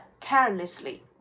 carelessly